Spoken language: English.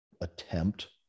attempt